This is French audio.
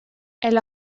elle